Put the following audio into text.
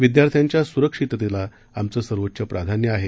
विद्यार्थ्यांच्या सुरक्षिततेला आमचं सर्वोच्च प्राधान्य आहे